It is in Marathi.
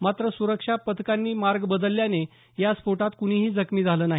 मात्र सुरक्षा पथकांनी मार्ग बदलल्याने या स्फोटात कुणीही जखमी झालं नाही